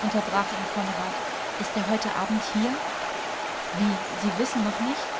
unterbrach ihn konrad ist er heute abend hier wie sie wissen noch nicht